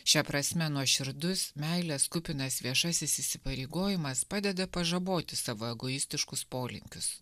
šia prasme nuoširdus meilės kupinas viešasis įsipareigojimas padeda pažaboti savo egoistiškus polinkius